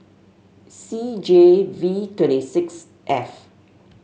C J V twenty six F